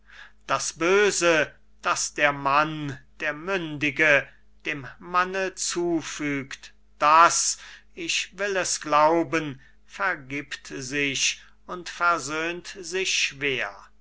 das böse das der mann der mündige dem manne zufügt das ich will es glauben vergibt sich und versöhnt sich schwer